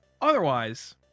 otherwise